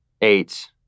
Eight